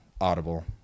Audible